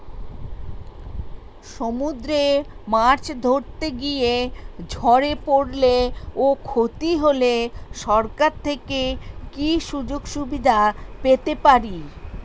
সমুদ্রে মাছ ধরতে গিয়ে ঝড়ে পরলে ও ক্ষতি হলে সরকার থেকে কি সুযোগ সুবিধা পেতে পারি?